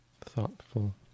thoughtful